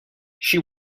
she